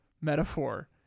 metaphor